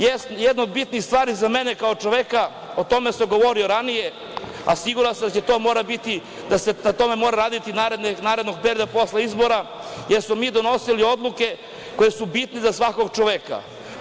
Jedna od bitnijih stvari za mene kao čoveka, o tome sam govorio ranije, a siguran sam da se na tome mora raditi narednog perioda posle izbora, jer smo mi donosili odluke koje su bitne za svakog čoveka.